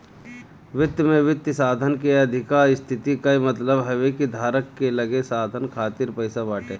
वित्त में वित्तीय साधन के अधिका स्थिति कअ मतलब हवे कि धारक के लगे साधन खातिर पईसा बाटे